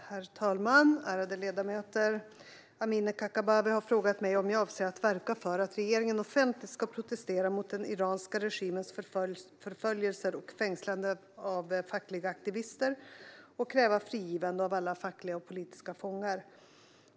Herr talman och ärade ledamöter! Amineh Kakabaveh har frågat mig om jag avser att verka för att regeringen offentligt ska protestera mot den iranska regimens förföljelser och fängslanden av fackliga aktivister och kräva frigivande av alla fackliga och politiska fångar.